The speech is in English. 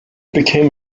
became